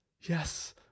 yes